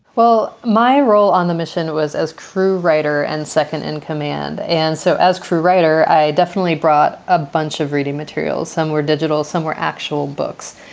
well, my role on the mission was as crew writer and second in command. and so as crew writer, i definitely brought a bunch of reading materials. some were digital, some were actual books.